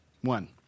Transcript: One